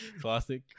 classic